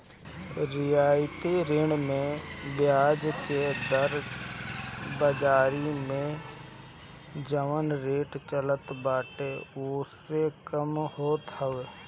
रियायती ऋण में बियाज के दर बाजारी में जवन रेट चलत बाटे ओसे कम होत हवे